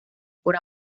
por